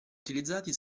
utilizzati